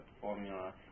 formula